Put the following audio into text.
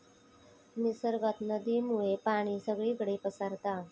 निसर्गात नदीमुळे पाणी सगळीकडे पसारता